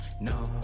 no